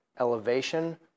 elevation